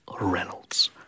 Reynolds